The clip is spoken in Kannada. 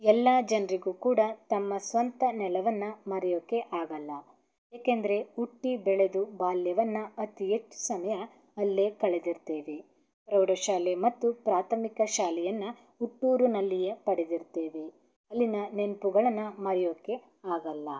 ಎಲ್ಲ ಜನರಿಗು ಕೂಡ ತಮ್ಮ ಸ್ವಂತ ನೆಲವನ್ನು ಮರೆಯೋಕೆ ಆಗಲ್ಲ ಏಕೆಂದ್ರೆ ಹುಟ್ಟಿ ಬೆಳೆದು ಬಾಲ್ಯವನ್ನು ಅತಿ ಹೆಚ್ಚು ಸಮಯ ಅಲ್ಲೇ ಕಳೆದಿರ್ತೀವಿ ಪ್ರೌಢಶಾಲೆ ಮತ್ತು ಪ್ರಾಥಮಿಕ ಶಾಲೆಯನ್ನು ಹುಟ್ಟೂರಿನಲ್ಲಿಯೇ ಪಡೆದಿರ್ತೀವಿ ಅಲ್ಲಿಯ ನೆನಪುಗಳನ್ನ ಮರೆಯೋಕೆ ಆಗಲ್ಲ